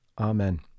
Amen